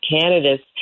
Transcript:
candidates